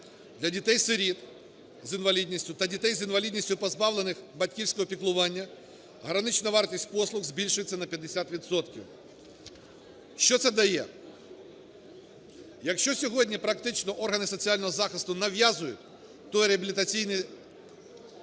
Для дітей-сиріт з інвалідністю та дітей з інвалідністю, позбавлених батьківського піклування, гранична вартість послуг збільшується на 50 відсотків. Що це дає? Якщо сьогодні практично органи соціального захисту нав'язують той реабілітаційний